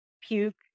puke